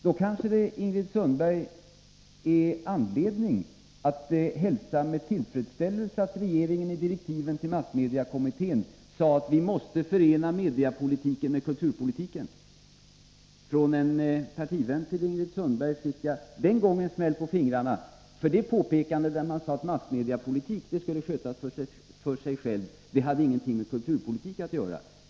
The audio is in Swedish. Då finns det kanske, Ingrid Sundberg, anledning att hälsa med tillfredsställelse att regeringen i direktiven till massmediekommittén skrev att vi måste förena massmediepolitiken med kulturpolitiken. Av en partivän till Ingrid Sundberg fick jag den gången smäll på fingrarna. Massmediepolitik, hette det, skulle skötas för sig, det hade ingenting med kulturpolitik att göra.